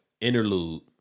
Interlude